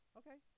okay